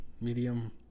Medium